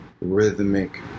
rhythmic